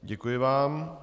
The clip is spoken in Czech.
Děkuji vám.